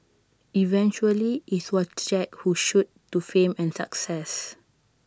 eventually IT was Jake who shot to fame and success